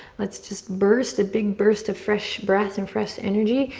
let's just burst a big burst of fresh breath and fresh energy.